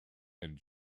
and